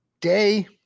day